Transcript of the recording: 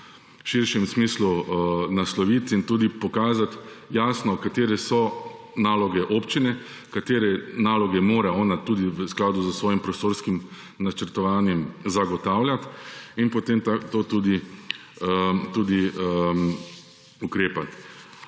širšem smislu nasloviti in tudi pokazati jasno, katere so naloge občine, katere naloge mora ona tudi v skladu s svojim prostorskim načrtovanjem zagotavljati in potem tudi ukrepati.